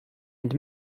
and